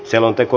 selonteko